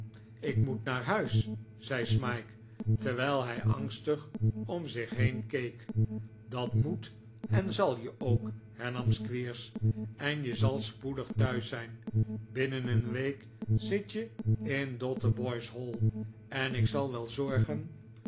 ik moet naar huis zei smike terwijl hij angstig om zich heen keek dat moet en zal je ook hernam squeers en je zal spoedig thuis zijn binnen een week zit je in dotheboys hall en ik zal wel zorgen